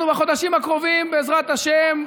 אנחנו בחודשים הקרובים, בעזרת השם,